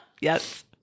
yes